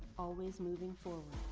always moving forward.